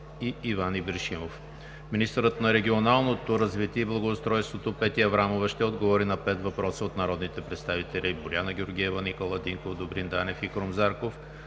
и Иван Ибришимов. 2. Министърът на регионалното развитие и благоустройството Петя Аврамова ще отговори на пет въпроса от народните представители Боряна Георгиева; Никола Динков; Добрин Данев и Крум Зарков;